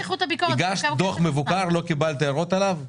הגשת דוח מבוקר, לא קיבלת הערות עליו,